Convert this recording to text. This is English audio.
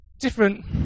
different